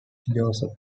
joseph